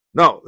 no